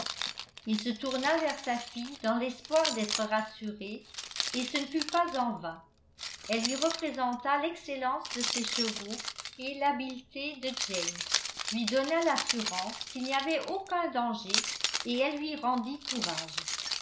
il se tourna vers sa fille dans l'espoir d'être rassuré et ce ne fut pas en vain elle lui représenta l'excellence de ses chevaux et l'habileté de james lui donna l'assurance qu'il n'y avait aucun danger et elle lui rendit courage